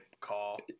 call